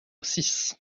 six